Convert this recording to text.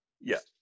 Yes